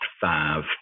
five